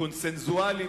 הקונסנזואליים,